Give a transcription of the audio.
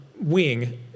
wing